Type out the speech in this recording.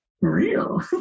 real